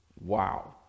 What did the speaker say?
Wow